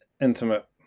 intimate